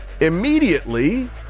immediately